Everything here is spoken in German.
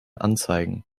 anzeigen